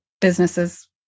businesses